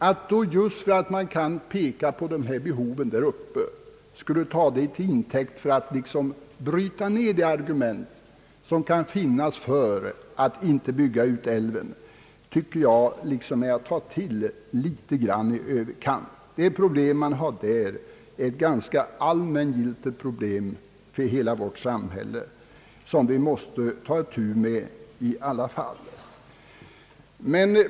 Att just det förhållandet att man kan peka på dessa behov vid Vindelälven skulle tas till intäkt för att bryta ner de argument, som kan finnas för att inte bygga ut älven, tycker jag är att ta till litet grand i överkant. Problemet där är ganska allmängiltigt för hela vårt samhälle, och vi måste ta itu med det i alla fall.